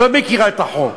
לא מכירה את החוק.